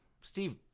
Steve